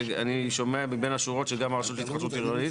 ואני שומע מבין השורות שגן הרשות להתחדשות עירונית,